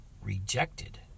rejected